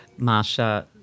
Marsha